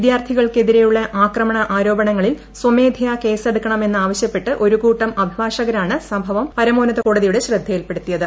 വിദ്യാർത്ഥികൾക്ക് എതിരെയുള്ള ആക്രമണ ആരോപണങ്ങളിൽ സ്വമേധയാ കേസെടുക്കണം എന്നാവശ്യപ്പെട്ട് ഒരു കൂട്ടം അഭിഭാഷകരാണ് സംഭവം പരമോന്നത കോടതിയുടെ ശ്രദ്ധയിൽപ്പെടുത്തിയത്